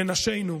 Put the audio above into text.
לנשינו,